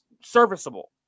serviceable